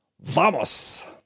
¡Vamos